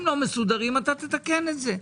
אם לא מסודרים, נתקן את זה.